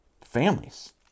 families